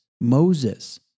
Moses